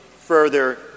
further